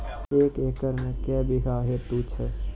एक एकरऽ मे के बीघा हेतु छै?